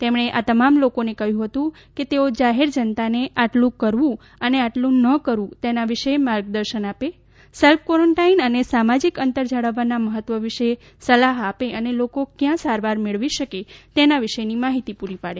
તેમણે આ તમામ લોકોને કહ્યું હતું કે તેઓ જાહેર જનતાને આટલું કરવું અને આટલું ન કરવું તેના વિશે માર્ગદર્શન આપે સેલ્ફ ક્વૉરેન્ટાઇન અને સામાજિક અંતર જાળવવાના મહત્વ વિશે સલાહ આપે અને લોકો ક્યાં સારવાર મેળવી શકે છે તેના વિશેની માહિતી પૂરી પાડે